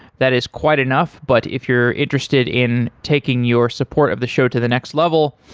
that is quite enough, but if you're interested in taking your support of the show to the next level,